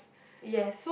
yes